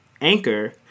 Anchor